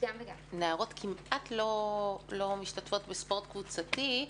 נערות כמעט לא משתתפות בספורט קבוצתי.